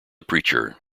preacher